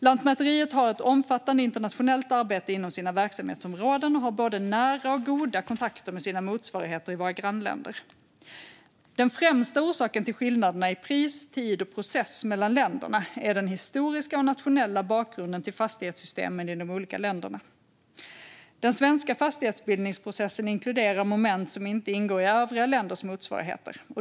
Lantmäteriet har ett omfattande internationellt arbete inom sina verksamhetsområden och har både nära och goda kontakter med sina motsvarigheter i våra grannländer. Den främsta orsaken till skillnaderna i pris, tid och process mellan länderna är den historiska och nationella bakgrunden till fastighetssystemen i de olika länderna. Den svenska fastighetsbildningsprocessen inkluderar moment som inte ingår i övriga länders motsvarigheter.